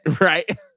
Right